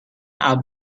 are